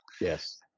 yes